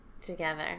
together